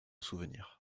souvenir